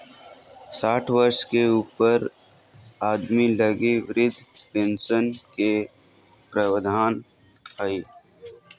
साठ वर्ष के ऊपर आदमी लगी वृद्ध पेंशन के प्रवधान हइ